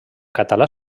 català